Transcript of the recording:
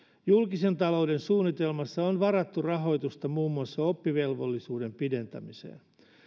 julkisen talouden suunnitelmassa on varattu rahoitusta muun muassa oppivelvollisuuden pidentämiseen